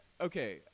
okay